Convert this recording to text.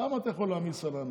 כמה אתה יכול להעמיס על האנשים?